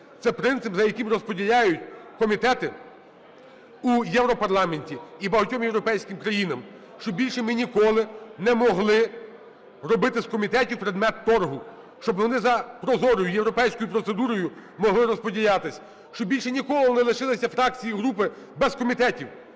Це принцип, за яким розподіляють комітети у Європарламенті і багатьох європейських країнах. Щоб більше ми ніколи не могли робити з комітетів предмет торгу, щоб вони за прозорою європейською процедурою могли розподілятися, щоб більше ніколи не лишилися фракції і групи без комітетів,